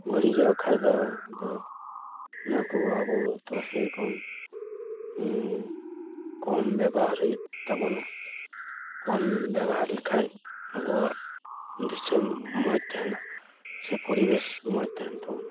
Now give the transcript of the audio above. ᱵᱟᱹᱲᱤᱡᱚᱜ ᱠᱷᱟᱡ ᱫᱚ ᱟᱫᱚ ᱚᱱᱟ ᱠᱚ ᱟᱵᱚᱛᱚ ᱥᱮᱨᱚᱠᱚᱢ ᱠᱚᱢ ᱵᱮᱵᱚᱦᱟᱨ ᱦᱩᱭᱩᱜ ᱛᱟᱵᱚᱱᱟ ᱠᱚᱢ ᱵᱮᱵᱚᱦᱟᱨ ᱞᱮᱠᱷᱟᱡ ᱟᱵᱚᱣᱟᱜ ᱫᱤᱥᱚᱢ ᱢᱚᱡᱽ ᱛᱟᱦᱮᱱᱟ ᱥᱮ ᱯᱚᱨᱤᱵᱮᱥ ᱢᱚᱡᱽ ᱛᱟᱦᱮᱱ ᱛᱟᱵᱚᱱᱟ